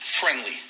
Friendly